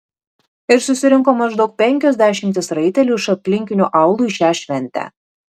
ir susirinko maždaug penkios dešimtys raitelių iš aplinkinių aūlų į šią šventę